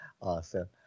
Awesome